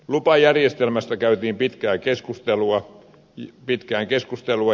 lupajärjestelmästä käytiin pitkään keskustelua